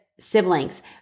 Siblings